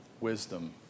wisdom